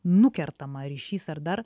nukertama ryšys ar dar